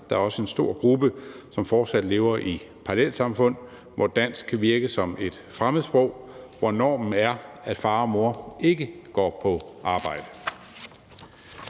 sig, også er en stor gruppe, som fortsat lever i parallelsamfund, hvor dansk kan virke som et fremmedsprog, og hvor normen er, at far og mor ikke går på arbejde.